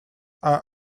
are